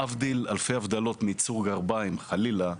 להבדיל אלפי הבדלות מייצור גרביים, חלילה,